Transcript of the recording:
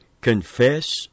confess